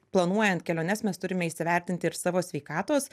planuojant keliones mes turime įsivertinti ir savo sveikatos